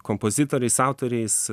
kompozitoriais autoriais